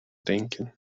denken